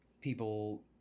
people